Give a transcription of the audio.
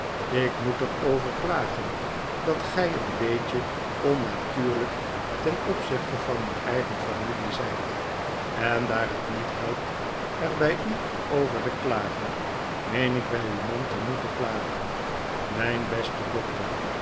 ik moet er over klagen dat gij een beetje onnatuurlijk ten opzichte van uw eigen familie zijtj en daar het niet helpt er bij u over te klagen meen ik bij uw man te moeten klagen mijn beste doctor